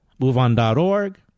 MoveOn.org